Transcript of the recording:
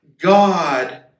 God